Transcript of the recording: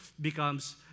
becomes